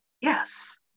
yes